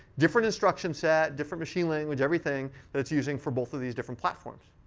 different instructions set, different machine language, everything, that it's using for both of these different platforms.